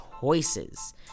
choices